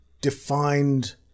defined